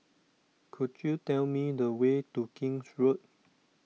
could you tell me the way to King's Road